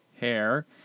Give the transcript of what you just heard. hair